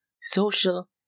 social